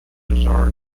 bizarre